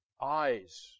Eyes